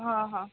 हां हां